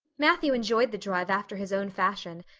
matthew enjoyed the drive after his own fashion,